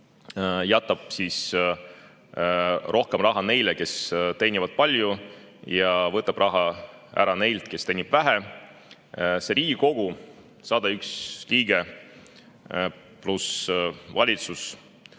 jätab rohkem raha neile, kes teenivad palju, ja võtab raha ära neilt, kes teenivad vähe. Riigikogu 101 liiget pluss valitsus